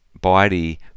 body